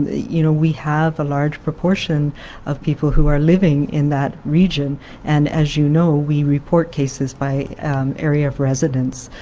you know we have a large proportion of people who are living in that region and as you know, we report cases by area of residence.